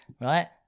right